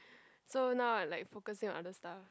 so now I like focusing on other stuff